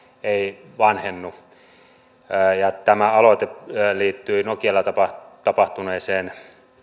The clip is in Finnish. ei vanhennu tämä aloite liittyi nokialla tapahtuneeseen